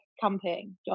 camping